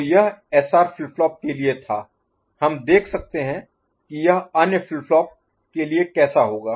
तो यह SR flip flop के लिए था हम देख सकते हैं कि यह अन्य फ्लिप फ्लॉप के लिए कैसा होगा